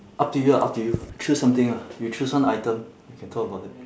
up to you ah up to you choose something ah you choose one item we can talk about it